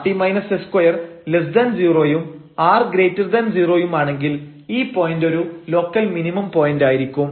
rt s20 ഉം r0 ഉം ആണെങ്കിൽ ഈ പോയന്റ് ഒരു ലോക്കൽ മിനിമം പോയന്റ് ആയിരിക്കും